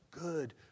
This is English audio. good